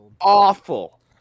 awful